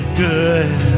good